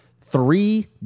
three